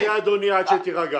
אז תצא עד שתירגע.